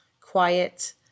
quiet